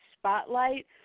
spotlight